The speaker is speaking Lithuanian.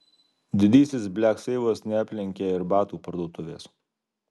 didysis blekseilas neaplenkė ir batų parduotuvės